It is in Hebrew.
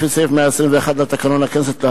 לפי סעיף 121 לתקנון הכנסת,